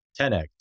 10X